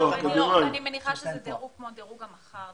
אני מניחה שזה דירוג כמו דירוג המח"ר,